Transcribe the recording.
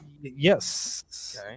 Yes